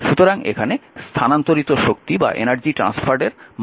সুতরাং এখানে স্থানান্তরিত শক্তির মান হবে w